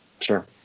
Sure